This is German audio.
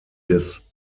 des